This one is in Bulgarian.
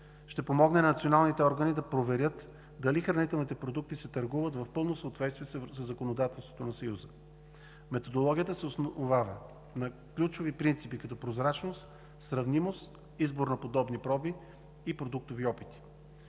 ще помогне на националните органи да проверят дали хранителните продукти се търгуват в пълно съответствие със законодателството на Съюза. Методологията се основава на ключови принципи като прозрачност, сравнимост, избор на подобни проби и продуктови опити.